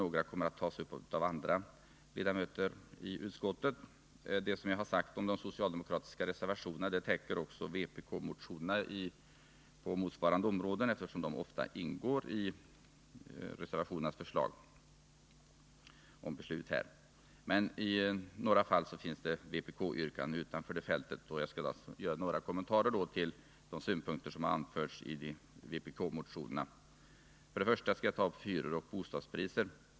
Några kommer att behandlas av andra ledamöter i utskottet. Det jag sagt om de socialdemokratiska reservationerna täcker också vpk-motionerna på motsvarande områden, eftersom de ofta ingår i reservationernas förslag till beslut. I några fall finns det dock vpk-yrkanden utanför detta fält, och jag vill därför göra några kommentarer till dessa. Till att börja med skall jag ta upp frågan om hyror och bostadspriser.